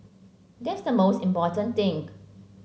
that's the most important thing